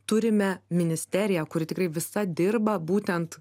turime ministeriją kuri tikrai visa dirba būtent